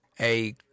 A